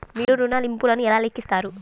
మీరు ఋణ ల్లింపులను ఎలా లెక్కిస్తారు?